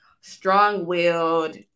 strong-willed